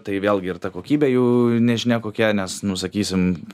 tai vėlgi ir ta kokybė jų nežinia kokia nes nu sakysim